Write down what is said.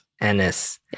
Ennis